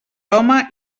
home